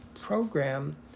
program